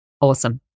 Awesome